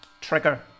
trigger